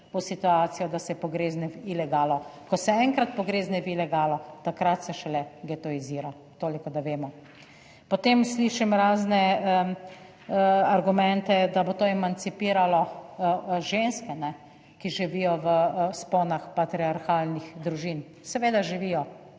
– 14.00 (nadaljevanje) Ko se enkrat pogrezne v ilegalo, takrat se šele getoizira, toliko da vemo. Potem slišim razne argumente, da bo to emancipiralo ženske, ki živijo v vzponah patriarhalnih družin. Seveda živijo,